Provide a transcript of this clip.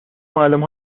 معلم